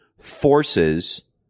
forces